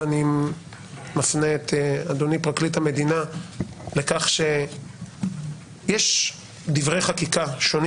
ואני מפנה את אדוני פרקליט המדינה לכך שיש דברי חקיקה שונים